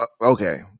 Okay